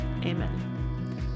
Amen